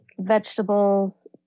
vegetables